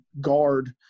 guard